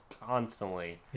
constantly